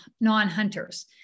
non-hunters